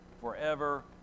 forever